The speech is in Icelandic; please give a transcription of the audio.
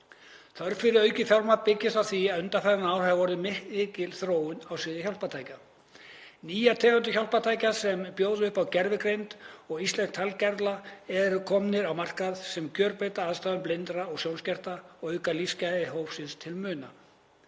Þörf fyrir aukið fjármagn byggist á því að undanfarin ár hefur orðið mikil þróun á sviði hjálpartækja. Nýjar tegundir hjálpartækja sem bjóða upp á gervigreind og íslenska talgervla eru komnar á markað sem gjörbreyta aðstæðum blindra og sjónskertra og auka lífsgæði þess hóps til muna.